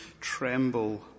tremble